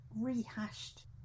rehashed